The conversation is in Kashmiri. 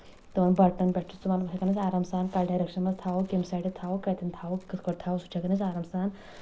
تِمن بَٹنن پٮ۪ٹھ چھُ سُہ مطلب ہٮ۪کان أسۍ آرام سان کَتھ ڈایریکشن منٛز تھاوو کمہِ سایٚڈِ تھاوو کَتیٚن تھاوو کَتھ کٲٹھۍ تھاوو سُہ چھِ ہٮ۪کان أسۍ آرام سان